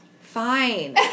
Fine